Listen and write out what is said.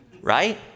right